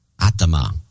Atama